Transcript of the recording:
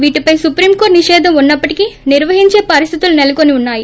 వీటిపే supreme court నిషేదం ఉన్న పటికి నిర్వహించే పరిస్లితిలు నెలకొని వున్నాయి